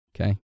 okay